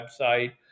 website